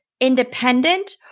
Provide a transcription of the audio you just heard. independent